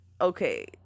okay